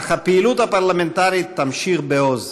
אך הפעילות הפרלמנטרית תימשך בעוז.